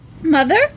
Mother